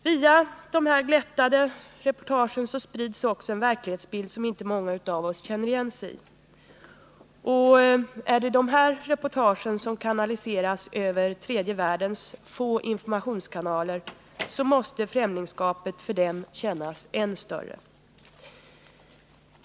Via de glättade reportagen sprids också en verklighetsbild som inte många Nr 113 av oss känner igen sig i. Och är det dessa reportage som kanaliseras över Fredagen den tredje världens få informationskanaler så måste främlingskapet för männi 28 mars 1980 skorna där kännas än större.